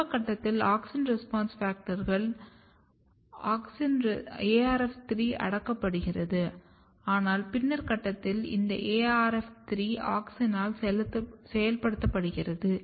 ஆரம்ப கட்டத்தில் AUXIN RESPONSE FACTORS ARF3 அடக்கப்படுகிறது ஆனால் பின்னர் கட்டத்தில் இந்த ARF3 ஆக்ஸினால் செயல்படுத்தப்படுகிறது